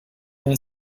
and